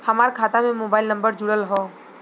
हमार खाता में मोबाइल नम्बर जुड़ल हो?